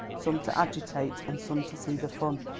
some to agitate, and some to see the fun.